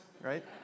right